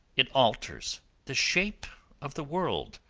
it alters the shape of the world.